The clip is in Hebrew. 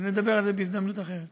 אז נדבר על זה בהזדמנות אחרת.